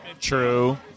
True